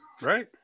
right